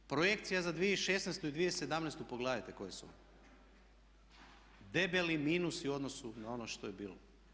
Projekcije za 2016. i 2017. pogledajte koje su vam, debeli minusi u odnosu na ono što je bilo.